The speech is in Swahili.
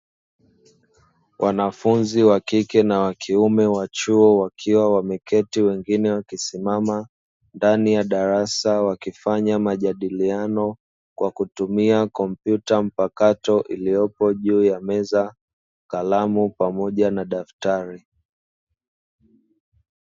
Wanafunzi wakike na wakiume wa chuo wakiwa wameketi wengine wakisimama ndani ya darasa wakifanya majadiliano kwa kutumia kompyuta mpakato iliyopo juu ya meza, kalamu pamoja na daftari.